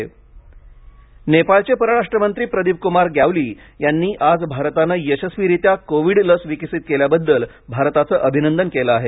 नेपाळ परराष्ट्मंत्री नेपाळचे परराष्ट्रमंत्री प्रदीपकुमार ग्यावाली यांनी आज भारताने यशस्वीरित्या कोविड लस विकसित केल्याबद्दल भारताचे अभिनंदन केलं आहे